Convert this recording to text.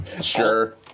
Sure